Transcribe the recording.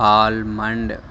almond